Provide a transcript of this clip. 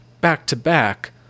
back-to-back